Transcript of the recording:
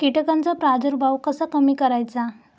कीटकांचा प्रादुर्भाव कसा कमी करायचा?